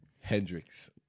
hendrix